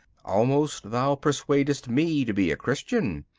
almost thou persuadest me to be a christian.